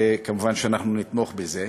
ומובן שאנחנו נתמוך בזה.